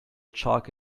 chalk